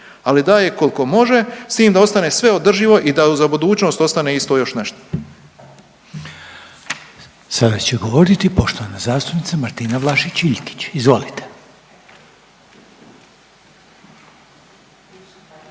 ali daje koliko može s tim da ostane sve održivo i da za budućnost ostane isto još nešto. **Reiner, Željko (HDZ)** Sada će govoriti poštovana zastupnica Martina Vlašić Iljkić, izvolite.